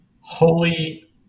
holy